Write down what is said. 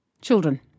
Children